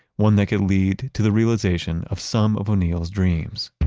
one that could lead to the realization of some of o'neill's dreams